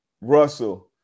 Russell